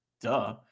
Duh